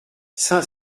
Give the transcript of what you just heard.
saint